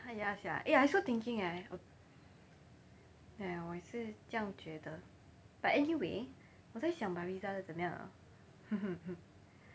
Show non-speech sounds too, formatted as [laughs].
ya sia eh I also thinking eh 我也是这样觉得 but anyway 我在想 baritha 的怎么样啊 [laughs]